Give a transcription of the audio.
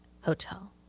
hotel